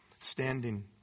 standing